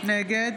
נגד